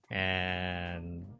and